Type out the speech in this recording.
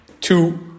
two